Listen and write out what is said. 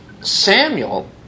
Samuel